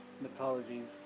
mythologies